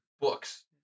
books